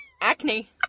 Acne